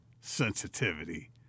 sensitivity